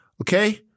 Okay